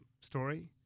story